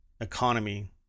economy